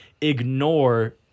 ignore